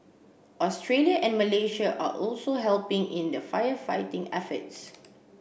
Australia and Malaysia are also helping in the firefighting efforts